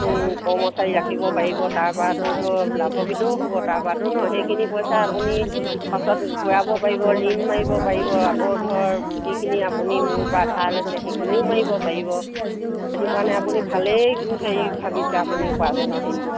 কৰ্মচাৰী ৰাখিব পাৰিব তাৰপৰাতো লাভাৱিতও হ'ব তাৰপৰাতো ন সেইখিনি পইচা আপুনি পাছত ঘূৰাব পাৰিব ঋণ মাৰিব পাৰিব আকৌ ধৰ যিখিনি আপুনি মোৰ পৰা ধাৰ লৈছে সেইখিনিও মাৰিব পাৰিব সেইটো কাৰণে আপুনি ভালেই হেৰি ভাবিছে আপুনি উপাৰ্জনৰ হেৰিটো